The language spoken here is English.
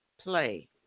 play